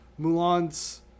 mulan's